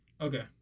Okay